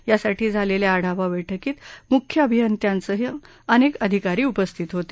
यासाठी झालेल्या आढावा बैठकीत मुख्य अभियंत्यांसहित अनेक अधिकारी उपस्थित होते